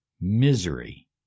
misery